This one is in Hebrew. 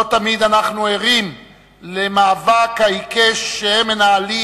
לא תמיד אנחנו ערים למאבק העיקש שהם מנהלים